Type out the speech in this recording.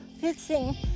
fixing